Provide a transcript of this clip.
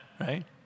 right